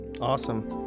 awesome